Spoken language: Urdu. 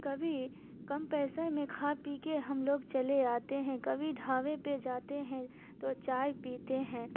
کبھی کم پیسے میں کھا پی کے ہم لوگ چلے آتے ہیں کبھی ڈھوے پہ جاتے ہیں تو چائے پیتے ہیں